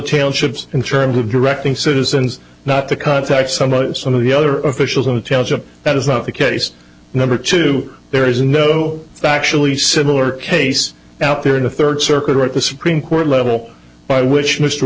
tail ships in terms of directing citizens not to contact somebody some of the other officials on intelligence that is not the case number two there is no actually similar case out there in the third circuit or at the supreme court level by which mr